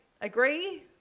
agree